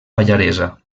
pallaresa